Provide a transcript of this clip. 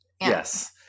Yes